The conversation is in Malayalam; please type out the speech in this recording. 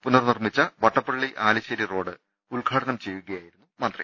പുനർനിർമിച്ച വട്ടപ്പള്ളി ആലിശ്ശേരി റോഡ് ഉദ്ഘാടനം ചെയ്യുകയായിരുന്നു മന്ത്രി